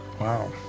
Wow